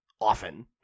often